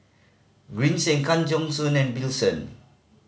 Green Zeng Kang Siong and Bill